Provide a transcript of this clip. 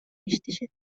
иштешет